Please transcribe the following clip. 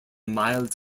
mild